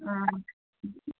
ꯑ